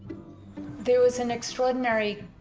there was an extraordinary,